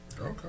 Okay